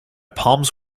palms